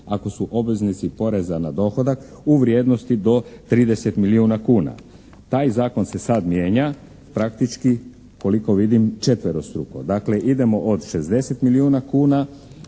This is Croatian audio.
ako su obveznici poreza na dohodak u vrijednosti do 30 milijuna kuna. Taj zakon se sada mijenja praktički koliko vidim, četverostruko. Dakle idemo od 60 milijuna kuna